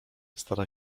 stara